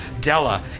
Della